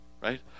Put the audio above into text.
right